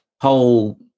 whole